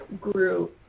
grew